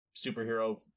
superhero